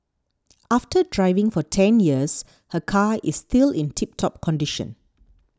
after driving for ten years her car is still in tip top condition